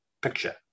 picture